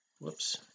whoops